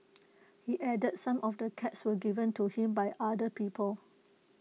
he added some of the cats were given to him by other people